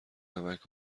نمک